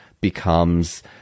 becomes